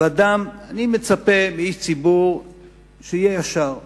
אני מצפה מאיש ציבור שיהיה ישר והגון.